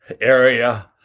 area